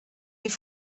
die